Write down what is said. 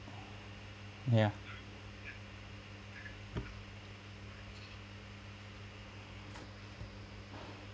ya